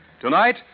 Tonight